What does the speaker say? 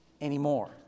anymore